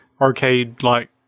arcade-like